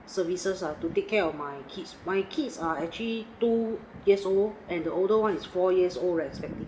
services ah to take care of my kids my kids are actually two years old and the older [one] is four years old respectively